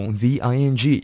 v-i-n-g